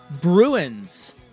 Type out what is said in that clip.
Bruins